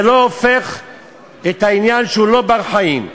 זה לא הופך את העניין שהוא לא בר-חיים.